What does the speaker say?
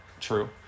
True